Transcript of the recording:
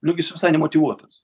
nu gi jis visai nemotyvuotas